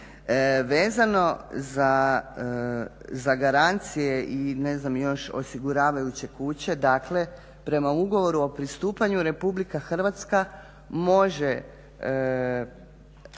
Vezano za garancije i ne znam još osiguravajuće kuće, dakle prema Ugovoru o pristupanju Republika Hrvatska može